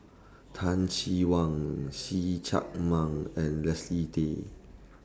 Teh Cheang Wan See Chak Mun and Leslie Tay